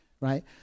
right